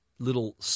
little